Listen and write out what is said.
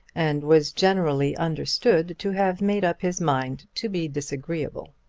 and was generally understood to have made up his mind to be disagreeable.